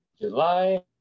July